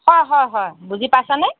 হয় হয় হয় বুজি পাইছানে